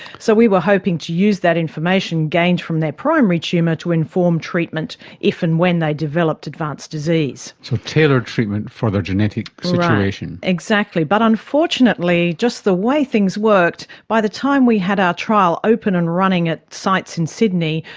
so we were hoping to use that information gained from their primary tumour to inform treatment if and when they developed advanced disease. so tailored treatment for their genetic situation. right, exactly. but unfortunately just the way things worked, by the time we had our trial open and running at sites in sydney,